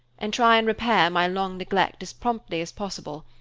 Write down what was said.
and try and repair my long neglect as promptly as possible.